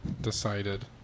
decided